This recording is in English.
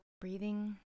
breathing